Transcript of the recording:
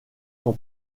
son